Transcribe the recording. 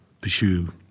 pursue